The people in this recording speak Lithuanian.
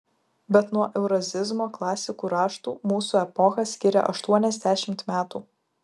bet nuo eurazizmo klasikų raštų mūsų epochą skiria aštuoniasdešimt metų